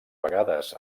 vegades